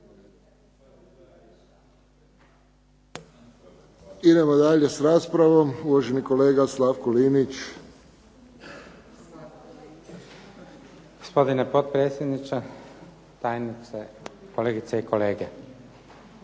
Idemo dalje s raspravom. Uvaženi kolega Slavko Linić. **Linić, Slavko (SDP)** Gospodine potpredsjedniče, tajnice, kolegice i kolege.